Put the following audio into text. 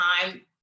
time